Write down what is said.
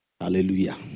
Hallelujah